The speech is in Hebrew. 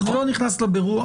אני לא נכנס לבירור.